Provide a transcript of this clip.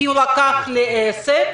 כי הוא לקח לעסק,